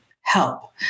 help